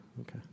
Okay